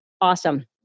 Awesome